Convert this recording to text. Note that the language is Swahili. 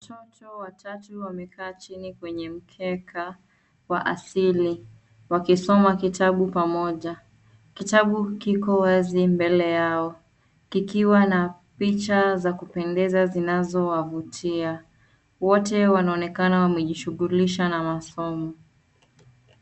Watoto watatu wamekaa chini kwenye mkeka wa asili wakisoma kitabu pamoja. Kitabu kiko wazi mbele yao kikiwa na picha za kupendeza zinazowavutia. Wote wanaonekana wamejishughulisha na masomo.